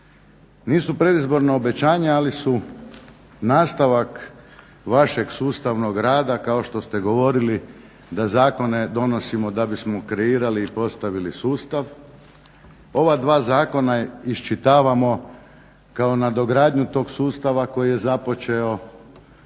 Nisu predizborno obećanje, ali su nastavak vašeg sustavnog rada kao što ste govorili da zakone donosimo da bismo kreirali i postavili sustav. Ova dva zakona iščitavamo kao nadogradnju tog sustava koji je započeo